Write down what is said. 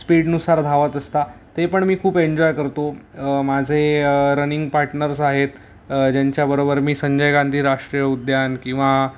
स्पीडनुसार धावत असता ते पण मी खूप एन्जॉय करतो माझे रनिंग पार्टनर्स आहेत ज्यांच्याबरोबर मी संजय गांधी राष्ट्रीय उद्यान किंवा